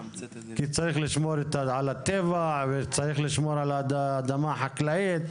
כי צריך לשמור על הטבע וצריך לשמוע על האדמה החקלאית.